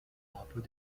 drapeaux